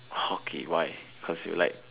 okay why cause you like